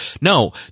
No